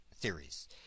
theories